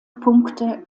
punkte